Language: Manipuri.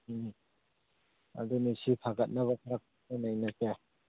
ꯎꯝ ꯑꯗꯨꯅꯤ ꯁꯤ ꯐꯒꯠꯅꯕ ꯈꯔ ꯈꯟꯅ ꯅꯩꯅꯁꯦ